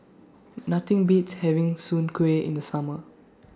Nothing Beats having Soon Kuih in The Summer